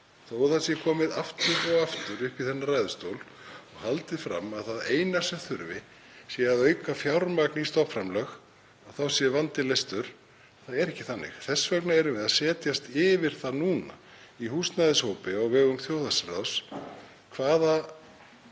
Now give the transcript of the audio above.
það sé komið aftur og aftur upp í þennan ræðustól og því haldið fram að það eina sem þurfi sé að auka fjármagn í stofnframlög og þá sé vandinn leystur þá er það ekki þannig. Þess vegna erum við að setjast yfir það núna, í húsnæðishópi á vegum þjóðhagsráðs, hvaða